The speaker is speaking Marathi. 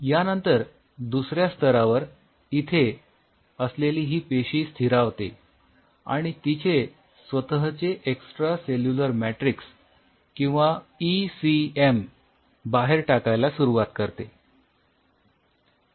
यानंतर दुसऱ्या स्तरावर इथे असलेली ही पेशी स्थिरावते आणि तिचे स्वतःचे एक्सट्रा सेल्युलर मॅट्रिक्स किंवा ईसीएम बाहेर टाकायला सुरुवात करते